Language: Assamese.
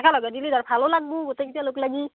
একেলগে দিলে তাৰ ভালো লাগিব গোটেইকেইটা লগ লাগি